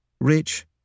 rich